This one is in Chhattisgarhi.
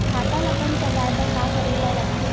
खाता ला बंद करवाय बार का करे ला लगथे?